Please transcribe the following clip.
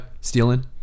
stealing